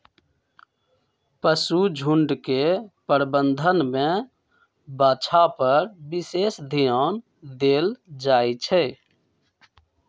पशुझुण्ड के प्रबंधन में बछा पर विशेष ध्यान देल जाइ छइ